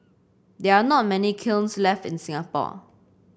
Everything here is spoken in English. there are not many kilns left in Singapore